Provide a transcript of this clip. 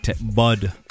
bud